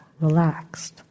relaxed